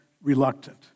reluctant